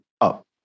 up